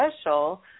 special